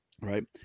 right